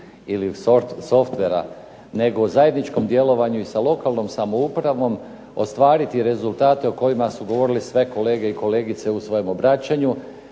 ili softvera nego u zajedničkom djelovanju i sa lokalnom samoupravom ostvariti rezultate o kojima su govorile sve kolege i kolegice u svom obraćanju.